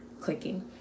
clicking